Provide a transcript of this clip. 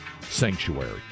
Sanctuary